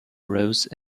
rose